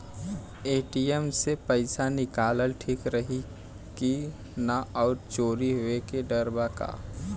ATM से पईसा निकालल ठीक रही की ना और चोरी होये के डर बा का?